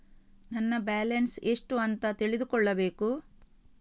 ನನ್ನ ಬ್ಯಾಲೆನ್ಸ್ ಎಷ್ಟು ಅಂತ ತಿಳಿದುಕೊಳ್ಳಬೇಕು?